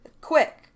quick